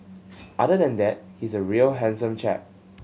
other than that he's a real handsome chap